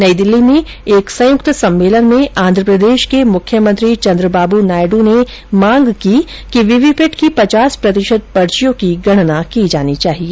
नई दिल्ली में एक संयुक्त सम्मेलन में आध्रप्रदेश के मुख्यमंत्री चंद्रबाबू नायडू ने मांग की कि वीवीपैट की पचास प्रतिशत पर्चियों की गणना की जानी चाहिए